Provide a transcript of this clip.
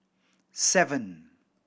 seven